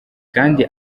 kandi